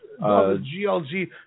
GLG